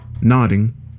Nodding